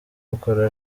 ukora